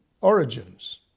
origins